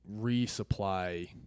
resupply